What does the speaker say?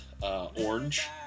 Orange